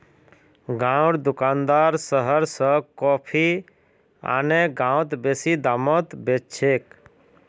गांउर दुकानदार शहर स कॉफी आने गांउत बेसि दामत बेच छेक